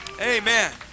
amen